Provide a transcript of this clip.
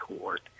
Court